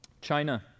China